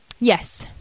Yes